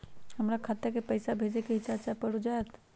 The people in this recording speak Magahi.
हमरा खाता के पईसा भेजेए के हई चाचा पर ऊ जाएत?